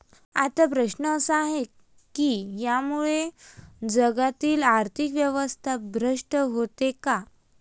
आता प्रश्न असा आहे की यामुळे जागतिक आर्थिक व्यवस्था भ्रष्ट होते का?